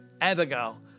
Abigail